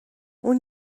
اون